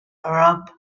arab